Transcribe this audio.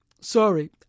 Sorry